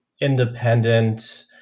independent